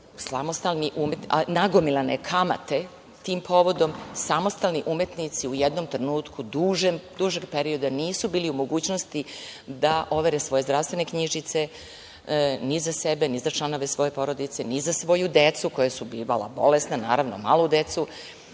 doprinosa, a nagomilane kamate tim povodom, samostalni umetnici u jednom trenutku dužeg perioda nisu bili u mogućnosti da overe svoje zdravstvene knjižice ni za sebe, ni za članove svoje porodice, ni za svoju decu koja su bivala bolesna, naravno malu decu.